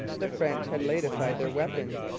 the french had laid aside their weapons,